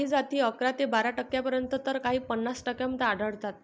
काही जाती अकरा ते बारा टक्क्यांपर्यंत तर काही पन्नास टक्क्यांपर्यंत आढळतात